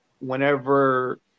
whenever